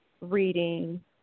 reading